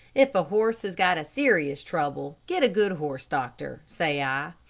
if a horse has got a serious trouble, get a good horse doctor, say i.